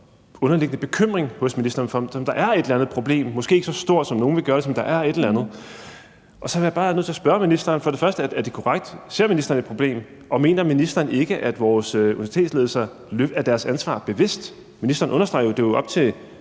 underliggende bekymring hos ministeren for, om der er et eller andet problem. Det er måske ikke så stort, som nogle vil gøre det til, men der er et eller andet. Og så er jeg bare nødt til at spørge ministeren, om det for det første er korrekt: Ser ministeren et problem? Og for det andet: Mener ministeren ikke, at vores universitetetsledelser er sig deres ansvar bevidst? Ministeren understreger, at det jo er op til